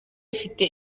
ifite